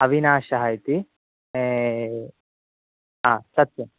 अविनाशः इति सत्यं